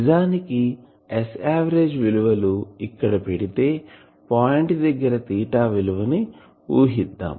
నిజానికి S average విలువలు ఇక్కడ పెడితే పాయింట్ దగ్గర తీటా విలువని ఊహిద్దాం